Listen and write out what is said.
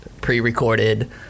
pre-recorded